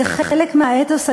זה חלק מהאתוס הישראלי",